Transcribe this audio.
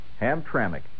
Hamtramck